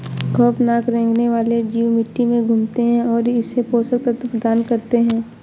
खौफनाक रेंगने वाले जीव मिट्टी में घूमते है और इसे पोषक तत्व प्रदान करते है